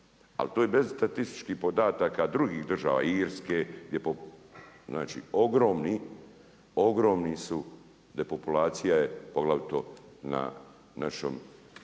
ali to je bez statističkih podataka drugih država Irske gdje ogromni su depopulacija poglavito na našom